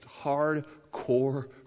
hardcore